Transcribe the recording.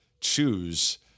choose